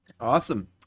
Awesome